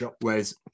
whereas